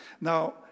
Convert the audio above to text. Now